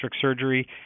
surgery